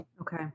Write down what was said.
Okay